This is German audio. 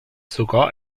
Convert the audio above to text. sogar